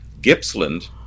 Gippsland